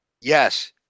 Yes